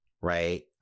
right